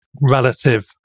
relative